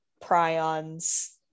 prions